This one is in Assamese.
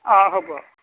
অঁ হ'ব